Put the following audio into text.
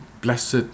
blessed